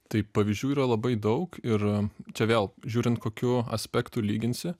tai pavyzdžių yra labai daug ir čia vėl žiūrint kokiu aspektu lyginsi